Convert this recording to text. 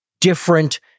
different